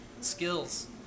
skills